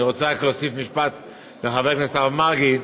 אני רוצה להוסיף משפט לחבר הכנסת הרב מרגי.